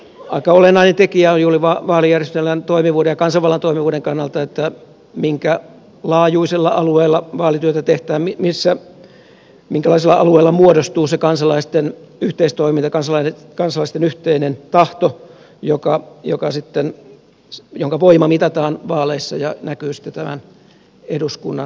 aika olennainen tekijä juuri vaalijärjestelmän toimivuuden ja kansanvallan toimivuuden kannalta on minkä laajuisella alueella vaalityötä tehdään minkälaisella alueella muodostuu se kansalaisten yhteistoiminta kansalaisten yhteinen tahto jonka voima mitataan vaaleissa ja näkyy sitten eduskunnan kokoonpanossa